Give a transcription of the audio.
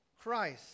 Christ